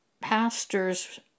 pastors